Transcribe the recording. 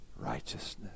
righteousness